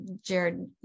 Jared